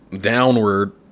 downward